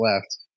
left